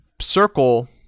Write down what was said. circle